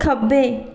ਖੱਬੇ